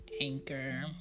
Anchor